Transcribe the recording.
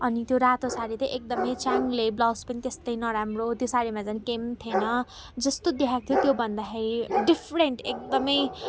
अनि त्यो रातो सारी चाहिँ एकदमै च्याङ्ले ब्लाउज पनि त्सतै नराम्रो त्यो सारीमा त झन् केही पनि थिएन जस्तो देखाएको थियो त्यो भन्दाखेरि डिफरेन्ट एकदमै